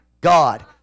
God